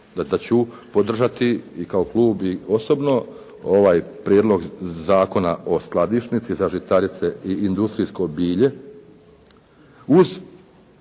da ću podržati i kao klub i osobno ovaj Prijedlog zakona o skladišnici za žitarice i industrijsko bilje uz